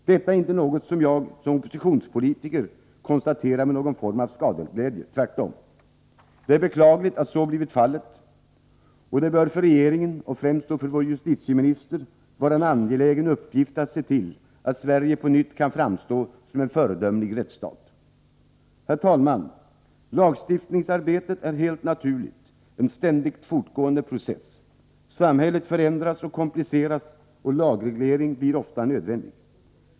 Detta är inte något som jag som oppositionspolitiker konstaterar med någon form av skadeglädje — tvärtom. Det är beklagligt att så blivit fallet, och det bör för regeringen — och främst för vår justitieminister — vara en angelägen uppgift att se till att Sverige på nytt kan framstå som en föredömlig rättsstat. Herr talman! Lagstiftningsarbetet är helt naturligt en ständigt fortgående process. Samhället förändras och kompliceras, och lagreglering blir ofta nödvändig.